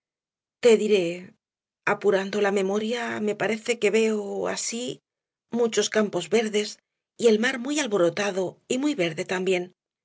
te diré apurando la memoria me parece que veo así muchos campos verdes y el mar muy alborotado y muy verde también